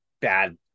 bad